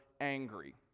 angry